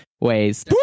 ways